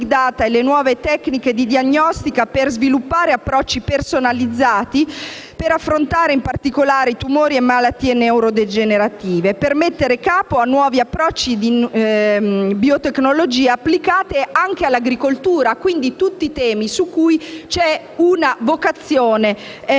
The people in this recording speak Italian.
e le nuove tecniche di diagnostica per sviluppare approcci personalizzati, per affrontare in particolare i tumori e le malattie neurodegenerative, per mettere capo a nuovi approcci di biotecnologia applicati anche all'agricoltura. Sono tutti temi su cui ci sono una vocazione e